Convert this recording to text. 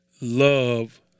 love